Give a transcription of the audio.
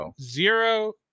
zero